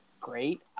great